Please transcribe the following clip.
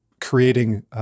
creating